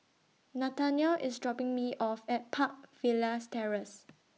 Nathanial IS dropping Me off At Park Villas Terrace